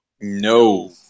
No